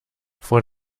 vor